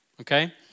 okay